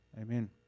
Amen